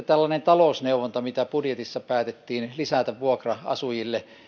tällainen talousneuvonta mitä budjetissa päätettiin lisätä vuokra asujille